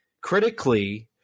critically